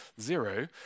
zero